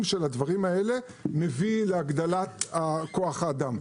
של הדברים האלה מביא להגדלת כוח האדם.